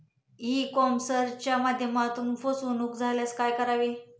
E कॉमर्सच्या माध्यमातून फसवणूक झाल्यास काय करावे?